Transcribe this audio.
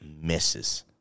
misses